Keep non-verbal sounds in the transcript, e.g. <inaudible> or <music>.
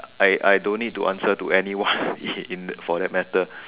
I I don't need to answer to anyone already <laughs> for that matter